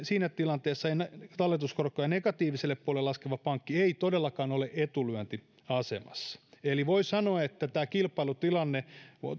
siinä tilanteessa talletuskorkoja negatiiviselle puolelle laskeva pankki ei todellakaan ole etulyöntiasemassa eli voi sanoa että tämä kilpailutilanne